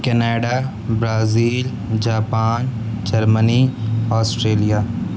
Canada Brazil Japan Germany Australia